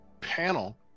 panel